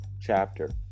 chapter